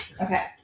Okay